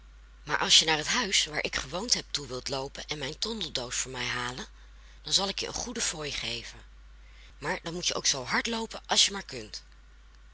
maar als je naar het huis waar ik gewoond heb toe wilt loopen en mijn tondeldoos voor mij halen dan zal ik je een goede fooi geven maar dan moet je ook zoo hard loopen als je maar kunt